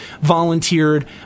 volunteered